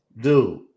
dude